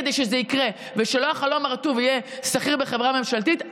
כדי שזה יקרה ושהחלום הרטוב לא יהיה להיות שכיר בחברה ממשלתית,